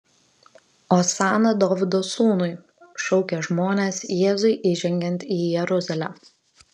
osana dovydo sūnui šaukė žmonės jėzui įžengiant į jeruzalę